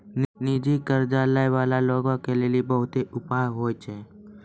निजी कर्ज लै बाला लोगो के लेली बहुते उपाय होय छै